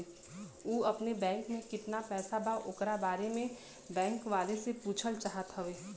उ अपने खाते में कितना पैसा बा ओकरा बारे में बैंक वालें से पुछल चाहत हवे?